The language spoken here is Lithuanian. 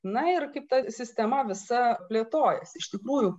na ir kaip ta sistema visa plėtojasi iš tikrųjų